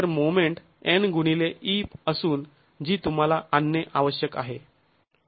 तर moment N गुणिले e असून जी तुम्हाला आणणे आवश्यक आहे